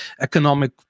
economic